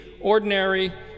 ordinary